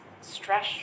stress